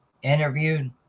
interviewed